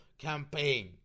Campaign